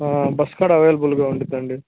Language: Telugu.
బస్సు కూడా అవైలబుల్గా ఉంటుంది అండీ